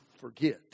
forget